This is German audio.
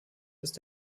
ist